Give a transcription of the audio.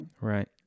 Right